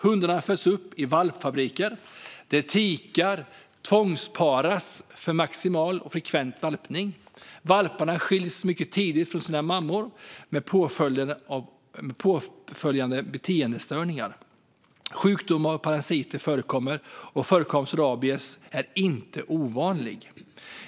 Hundarna föds upp i valpfabriker där tikar tvångsparas för maximal och frekvent valpning. Valparna skiljs mycket tidigt från sina mammor med påföljande beteendestörningar. Sjukdomar och parasiter förekommer, och rabies är inte ovanligt.